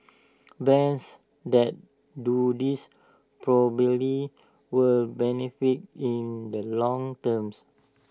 brands that do this properly will benefit in the long terms